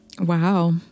Wow